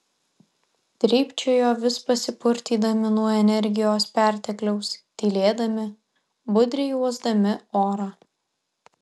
trypčiojo vis pasipurtydami nuo energijos pertekliaus tylėdami budriai uosdami orą